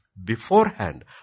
Beforehand